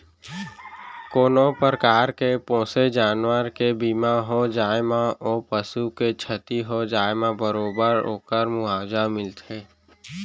कोनों परकार के पोसे जानवर के बीमा हो जाए म ओ पसु के छति हो जाए म बरोबर ओकर मुवावजा मिलथे